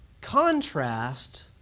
contrast